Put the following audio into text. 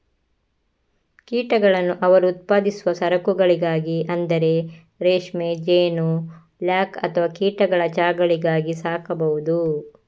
ಕೀಟಗಳನ್ನು ಅವರು ಉತ್ಪಾದಿಸುವ ಸರಕುಗಳಿಗಾಗಿ ಅಂದರೆ ರೇಷ್ಮೆ, ಜೇನು, ಲ್ಯಾಕ್ ಅಥವಾ ಕೀಟಗಳ ಚಹಾಗಳಿಗಾಗಿ ಸಾಕಬಹುದು